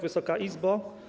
Wysoka Izbo!